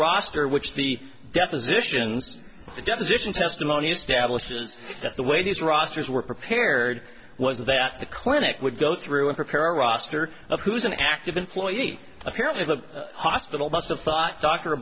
roster which the depositions deposition testimony establishes that the way these rosters were prepared was that the clinic would go through a prepare roster of who's an active employee apparently the hospital must have thought doctor a